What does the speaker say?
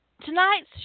Tonight's